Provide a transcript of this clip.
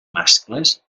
mascles